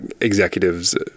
executives